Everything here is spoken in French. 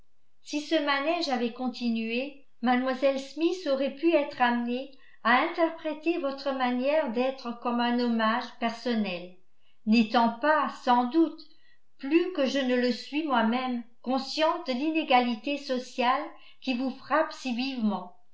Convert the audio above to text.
si ce manège avait continué mlle smith aurait pu être amenée à interpréter votre manière d'être comme un hommage personnel n'étant pas sans doute plus que je ne le suis moi-même consciente de l'inégalité sociale qui vous frappe si vivement